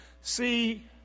See